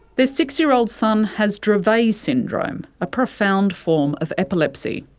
their six year old son has dravet syndrome, a profound form of epilepsy.